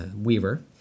Weaver